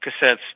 cassettes